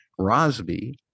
Rosby